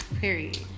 period